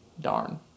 darn